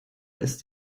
ist